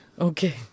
Okay